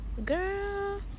Girl